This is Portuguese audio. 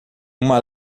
uma